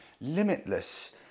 limitless